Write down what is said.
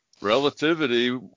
Relativity